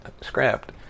scrapped